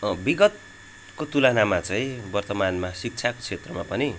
विगतको तुलनामा चाहिँ वर्तमानमा शिक्षाको क्षेत्रमा पनि